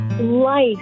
life